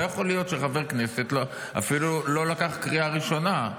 לא יכול להיות שחבר כנסת אפילו לא לקח קריאה ראשונה.